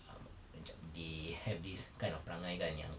um macam they have this kind of perangai kan yang